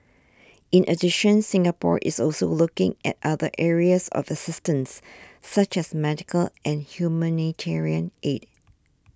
in addition Singapore is also looking at other areas of assistance such as medical and humanitarian aid